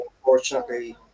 unfortunately